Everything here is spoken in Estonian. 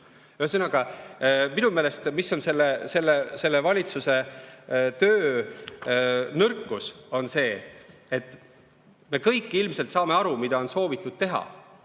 Ühesõnaga, minu meelest on selle valitsuse töö nõrkus selles, et me kõik ilmselt saame aru, mida on soovitud teha,